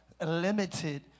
limited